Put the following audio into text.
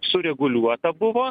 sureguliuota buvo